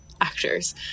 actors